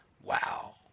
Wow